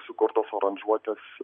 sukurtos aranžuotės